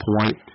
point